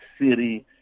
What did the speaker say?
city